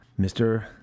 Mr